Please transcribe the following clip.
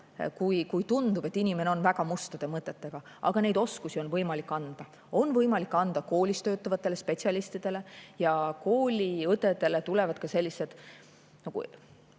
kui tundub, et inimene on väga mustade mõtetega. Aga neid oskusi on võimalik anda. Neid on võimalik anda koolis töötavatele spetsialistidele. Ja kooliõdedele tulevad ka sellised õpilase